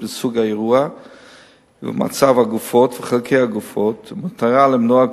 בסוג האירוע ובמצב הגופות וחלקי הגופות ובמטרה למנוע,